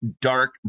dark